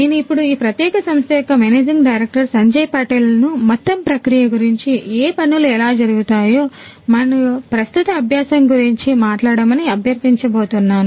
నేను ఇప్పుడు ఈ ప్రత్యేక సంస్థ యొక్క మేనేజింగ్ డైరెక్టర్ శ్రీ సంజయ్ పటేల్ ను మొత్తం ప్రక్రియ గురించి ఏ పనులు ఎలా జరుగుతాయో మరియు ప్రస్తుత అభ్యాసం గురించి మాట్లాడమని అభ్యర్థించబోతున్నాను